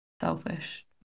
selfish